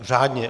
Řádně?